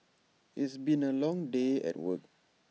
it's been A long day at work